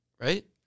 right